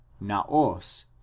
naos